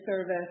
service